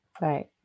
right